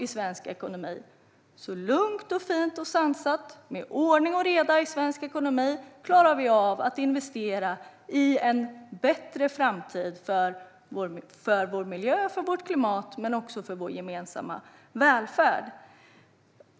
Lugnt, fint och sansat och med ordning och reda i svensk ekonomi klarar vi av att investera i en bättre framtid för vår miljö och för vårt klimat men också för vår gemensamma välfärd.